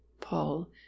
Paul